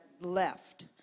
left